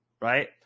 Right